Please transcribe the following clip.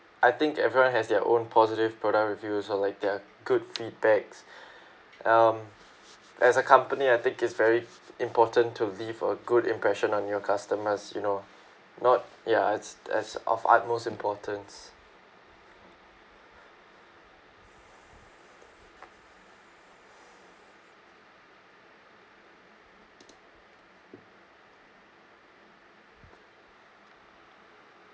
I think everyone has their own positive product reviews or like their good feedbacks um as a company I think is very important to leave a good impression on your customers you know not ya it's as of utmost importance